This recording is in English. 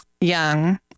young